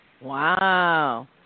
Wow